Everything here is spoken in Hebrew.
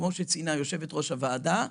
כמו שציינה יושבת-ראש הוועדה,